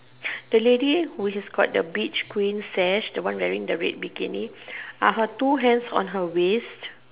the lady who is got the beach queen sash the one wearing the red bikini are her two hands on her waist